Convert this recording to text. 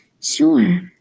Sure